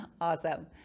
Awesome